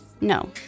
No